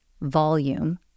volume